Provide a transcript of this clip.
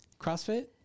CrossFit